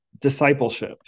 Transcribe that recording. discipleship